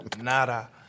Nada